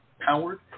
powered